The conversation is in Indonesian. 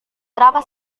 berapa